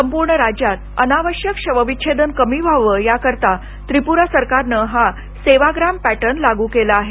संपूर्ण राज्यात अनावश्यक शवविच्छेदन कमी व्हावे याकरिता त्रिपुरा सरकारनं हा सेवाग्राम पॅटर्न लागू केला आहे